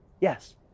yes